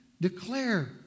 declare